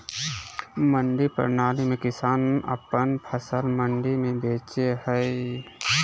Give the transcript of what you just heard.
मंडी प्रणाली में किसान अपन फसल मंडी में बेचो हय